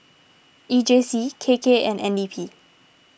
E J C K K and N D P